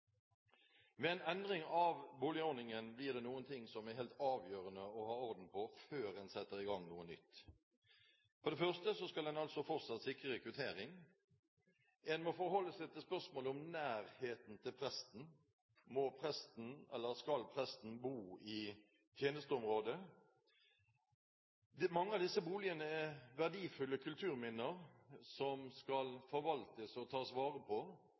Ved en endring av boligordningen er det noen ting som blir helt avgjørende å ha orden på før en setter i gang noe nytt. For det første skal en altså fortsatt sikre rekruttering. En må forholde seg til spørsmålet om nærheten til presten. Må, eller skal, presten bo i tjenesteområdet? Mange av disse boligene er verdifulle kulturminner, som skal forvaltes og tas vare på,